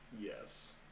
Yes